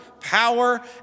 Power